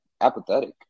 apathetic